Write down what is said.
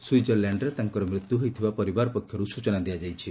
ସ୍ୱିଜରଲ୍ୟାଣ୍ଡରେ ତାଙ୍କର ମୃତ୍ୟୁ ହୋଇଥିବା ପରିବାର ପକ୍ଷରୁ ସ୍ୱଚନା ଦିଆଯାଇଛି